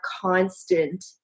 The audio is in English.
constant